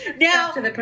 Now